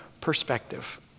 perspective